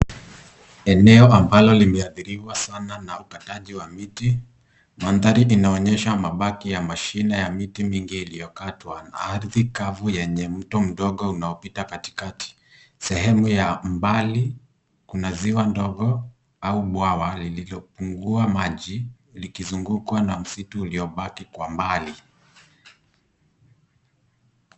Eneo ambalo limeathiriwa sana na ukataji wa miti. Mandhari inaonyesha mabaki ya mashina ya miti mingi iliyokatwa. Ardhi kavu yenye mto mdogo unaopita katikati. Sehemu ya mbali, kuna ziwa dogo au bwawa lililopungua maji, likizungukwa na msitu uliobaki kwa mbali.